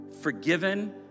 forgiven